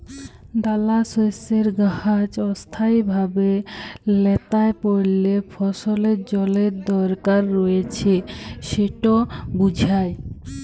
দালাশস্যের গাহাচ অস্থায়ীভাবে ল্যাঁতাই পড়লে ফসলের জলের দরকার রঁয়েছে সেট বুঝায়